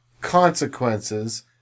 consequences